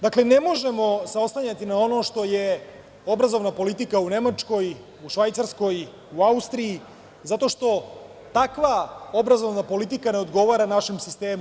Dakle, ne možemo se oslanjati na ono što je obrazovna politika u Nemačkoj, Švajcarskoj, Austriji zato što je takva obrazovna politika ne odgovara našem sistemu.